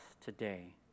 today